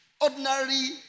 Ordinary